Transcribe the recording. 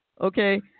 Okay